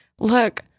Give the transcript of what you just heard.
Look